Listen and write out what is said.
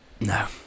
No